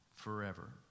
forever